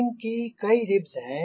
wing की कई ribs हैं